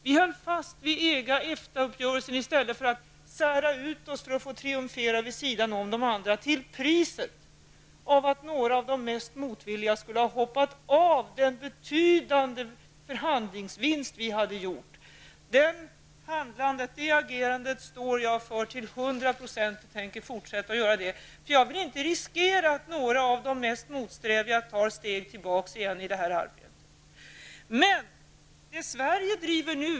Vi höll fast vid EG-- EFTA-uppgörelsen i stället för att välja en annan linje bara för att få triumfera vid sidan om de andra länderna till priset av att några av de mest motsträviga skulle ha hoppat av den betydande förhandlingsvinst vi redan hade uppnått. Det agerandet står jag för till hundra procent, och det tänker jag fortsätta med! Jag vill inte riskera att några av de mest motsträviga länderna tar ett steg tillbaka i miljöarbetet igen.